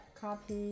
coffee